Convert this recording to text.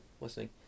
listening